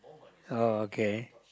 oh okay